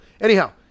anyhow